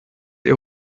ihr